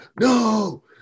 No